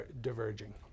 diverging